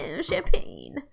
champagne